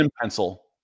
pencil